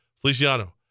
Feliciano